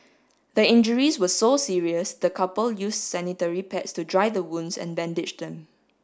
the injuries were so serious the couple use sanitary pads to dry the wounds and bandage them